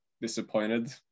disappointed